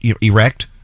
erect